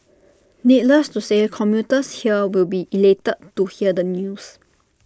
needless to say commuters here will be elated to hear the news